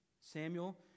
Samuel